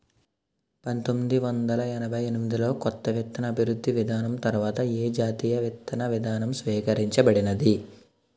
పంతోమ్మిది వందల ఎనభై ఎనిమిది లో కొత్త విత్తన అభివృద్ధి విధానం తర్వాత ఏ జాతీయ విత్తన విధానం స్వీకరించబడింది?